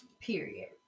period